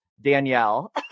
Danielle